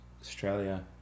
Australia